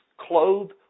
clothed